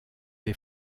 des